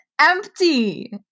empty